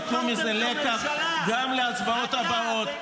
כדאי שתיקחו מזה לקח גם להצבעות הבאות,